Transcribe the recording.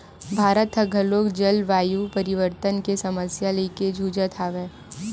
भारत ह घलोक जलवायु परिवर्तन के समस्या लेके जुझत हवय